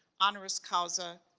honoris causa,